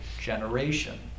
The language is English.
generation